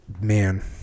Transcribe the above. man